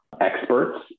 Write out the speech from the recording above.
experts